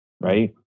right